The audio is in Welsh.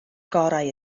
gorau